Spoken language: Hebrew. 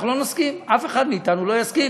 אנחנו לא נסכים, אף אחד מאתנו לא יסכים.